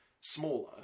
smaller